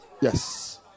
Yes